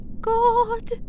god